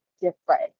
different